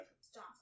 Stop